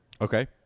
Okay